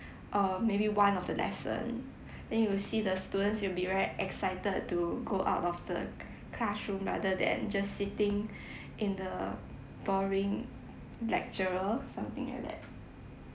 um maybe one of the lesson then you will see the students will be very excited to go out of the classroom rather than just sitting in the boring lecturer something like that